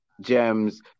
gems